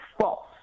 false